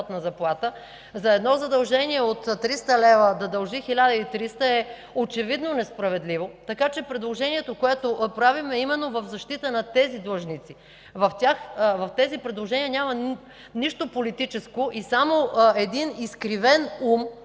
за едно задължение от 300 лв. да дължи 1300 е очевидно несправедливо. Така че предложението, което правим, е именно в защита на тези длъжници. В тези предложения няма нищо политическо и само един изкривен ум